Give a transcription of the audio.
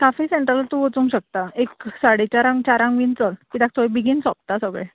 cafe central तू वचूंक शकता एक साडे चारांक चारांक बी चल कित्याक थंय बेगीन सोंपता सगळें